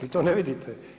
Vi to ne vidite.